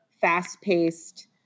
fast-paced